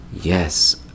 yes